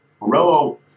Morello